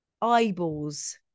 Eyeballs